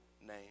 name